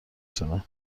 تونه